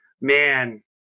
man